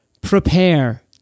prepare